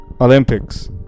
Olympics